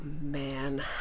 man